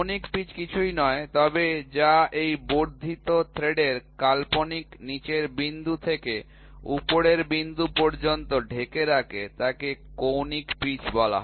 কৌণিক পিচ কিছুই নয় তবে যা এই বর্ধিত থ্রেডের কাল্পনিক নিচের বিন্দু থেকে উপরের বিন্দু পর্যন্ত ঢেকে রাখে তাকে কৌণিক পিচ বলে